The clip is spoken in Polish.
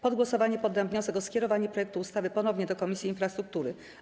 Pod głosowanie poddam wniosek o skierowanie projektu ustawy ponownie do Komisji Infrastruktury.